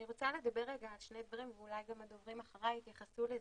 אני רוצה לדבר על שני דברים ואולי גם הדוברים אחרי יתייחסו לזה.